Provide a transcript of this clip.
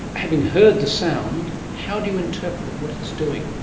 having heard the sound, how do you interpret what it's doing?